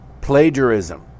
Plagiarism